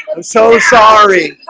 i'm so sorry